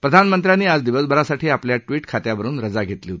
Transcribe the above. प्रधानमंत्र्यांनी आज दिवसभरासाठी आपल्या ट्विट खात्यावरुन रजा घेतली आहे